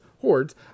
hordes